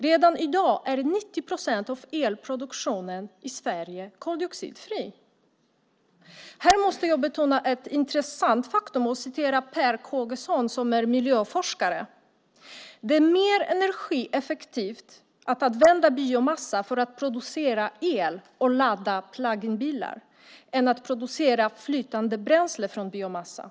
Redan i dag är 90 procent av elproduktionen i Sverige koldioxidfri. Här måste jag betona ett intressant faktum och återge vad miljöforskaren Per Kågesson sagt, nämligen att det är mer energieffektivt att använda biomassa för att producera el och ladda plug-in bilar än att producera flytande bränsle från biomassa.